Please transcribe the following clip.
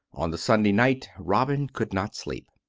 on the sunday night robin could not sleep.